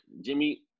Jimmy